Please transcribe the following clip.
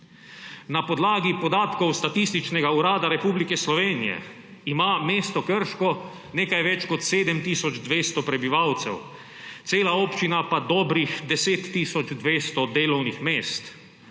Na podlagi podatkov Statističnega urada Republike Slovenije ima mesto Krško nekaj več kot 7 tisoč 200 prebivalcev, cela občina pa dobrih 10 tisoč 200 delovnih mest.